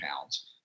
pounds